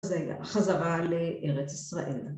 ‫חזרה לארץ ישראל.